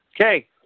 Okay